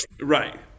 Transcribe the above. Right